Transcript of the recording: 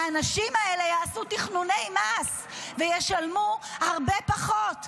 האנשים האלה יעשו תכנוני מס וישלמו הרבה פחות,